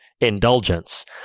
indulgence